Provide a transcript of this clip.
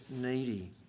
needy